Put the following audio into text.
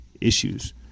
issues